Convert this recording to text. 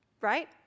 Right